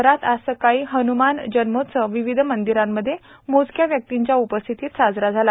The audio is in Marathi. शहरात आज सकाळी हनुमान जन्मोत्सव मंदिरांमध्ये मोचक्या व्यक्तींच्या उपस्थितीत साजरा झालं